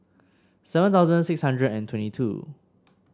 seven thousand six hundred and twenty two